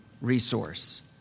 resource